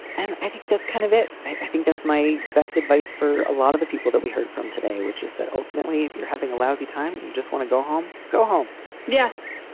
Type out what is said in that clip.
and i think that's kind of it. i think that's my best advice for a lot of the people that we heard from today, which is that ultimately, if you're having a lousy time, you just want to go home. go home yes.